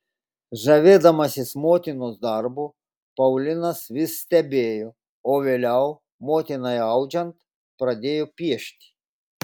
žavėdamasis motinos darbu paulinas vis stebėjo o vėliau motinai audžiant pradėjo piešti